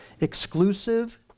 Exclusive